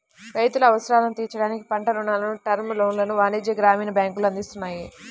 రైతుల అవసరాలను తీర్చడానికి పంట రుణాలను, టర్మ్ లోన్లను వాణిజ్య, గ్రామీణ బ్యాంకులు అందిస్తున్నాయి